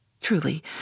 truly